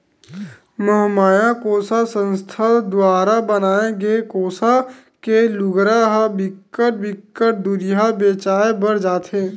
महमाया कोसा संस्था दुवारा बनाए गे कोसा के लुगरा ह बिकट बिकट दुरिहा बेचाय बर जाथे